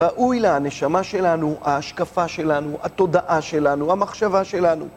ראוי לנשמה שלנו, ההשקפה שלנו, התודעה שלנו, המחשבה שלנו.